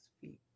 feet